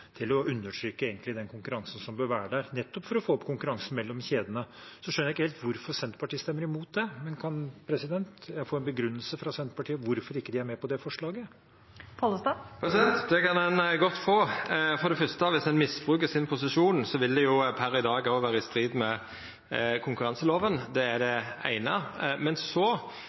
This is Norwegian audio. til å undertrykke den konkurransen som bør være der, nettopp for å få konkurranse mellom kjedene, skjønner jeg ikke helt hvorfor Senterpartiet stemmer imot det. Kan jeg få en begrunnelse fra Senterpartiet for hvorfor de ikke er med på det forslaget? Det kan ein godt få. For det første: Dersom ein misbruker sin posisjon, vil det per i dag òg vera i strid med konkurranseloven. Det er det eine. Så